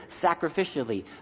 sacrificially